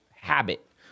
habit